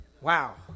Wow